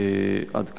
עד כאן.